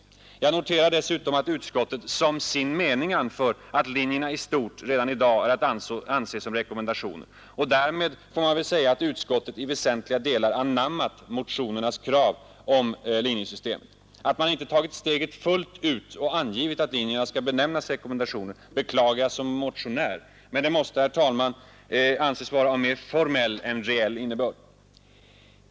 Jag noterar dessutom att utskottet som sin mening anför att linjerna i stort redan i dag är att anse som rekommendationer. Därmed får man väl säga att utskottet i väsentliga delar anammat motionernas krav om linjesystemet. Att man inte tagit steget fullt ut och angivit att linjerna skall benämnas rekommendationer beklagar jag som motionär, men det måste, herr talman, anses vara av mera formell än reell innebörd.